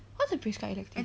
what's a prescribed elective